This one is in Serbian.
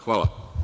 Hvala.